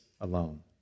alone